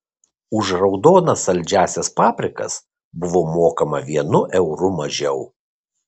už raudonas saldžiąsias paprikas buvo mokama vienu euru mažiau